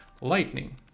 lightning